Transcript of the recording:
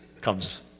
comes